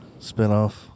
Spinoff